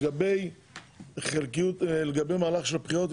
לגבי מהלך של בחירות,